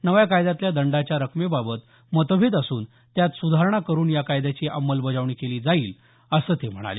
नव्या कायद्यातल्या दंडाच्या रकमेबाबत मतभेद असून त्यात सुधारणा करून या कायद्याची अंमलबजावणी केली जाईल असं ते म्हणाले